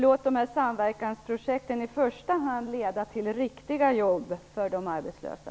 Låt samverkansprojekten i första hand leda till riktiga jobb för de arbetslösa.